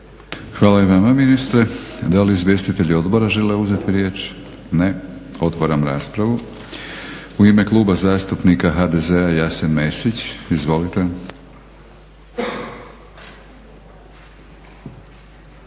Hvala i vama ministre. Da li izvjestitelji odbora žele uzeti riječ? Ne. Otvaram raspravu. U ime Kluba zastupnika HDZ-a, Jasen Mesić. Izvolite.